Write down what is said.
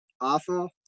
awful